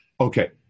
Okay